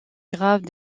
grave